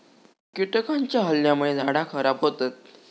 कीटकांच्या हल्ल्यामुळे झाडा खराब होतत